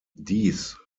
dies